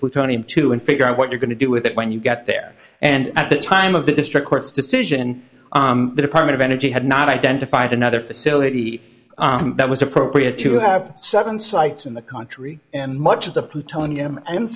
plutonium to and figure out what you're going to do with it when you get there and at the time of the district court's decision the department of energy had not identified another facility that was appropriate to have seven sites in the country and much